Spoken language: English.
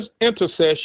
intercession